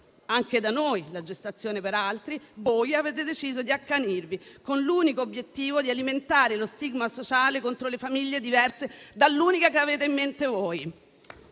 anche da noi la gestazione per altri, voi avete deciso di accanirvi, con l'unico obiettivo di alimentare lo stigma sociale contro le famiglie diverse dall'unica che avete in mente voi.